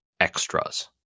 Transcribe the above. extras